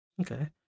Okay